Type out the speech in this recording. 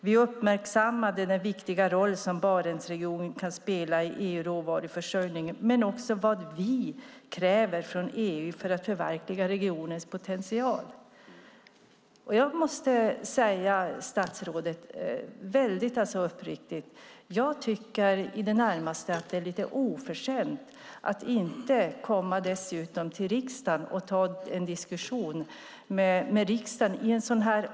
Vi uppmärksammade den viktiga roll som Barentsregionen kan spela i EU:s råvaruförsörjning, men också vad vi kräver från EU för att förverkliga regionens potential." Jag måste säga statsrådet väldigt uppriktigt att jag tycker att det i det närmaste är lite oförskämt att inte dessutom komma till riksdagen och ta en diskussion med riksdagen.